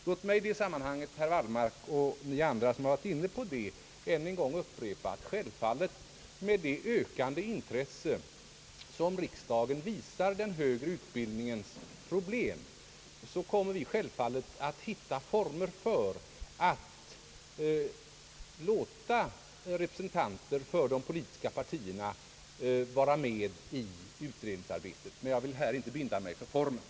Låt mig i det sammanhanget för herr Wallmark och andra, som har varit inne på det, än en gång få upprepa, att vi självfallet med det ökade intresse som riksdagen visar den högre utbildningens problem kommer att hitta former för att låta representanter för de politiska partierna vara med i utredningsarbetet. Jag vill dock här inte binda mig för formen.